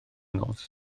nos